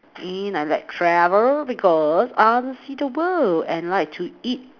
in I like travel because I want to see the world and like to eat